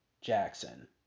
jackson